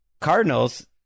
Cardinals